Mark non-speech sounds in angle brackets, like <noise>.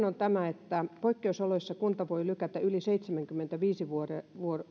<unintelligible> on tämä että poikkeusoloissa kunta voi lykätä yli seitsemänkymmentäviisi